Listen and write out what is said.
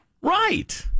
Right